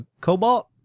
cobalt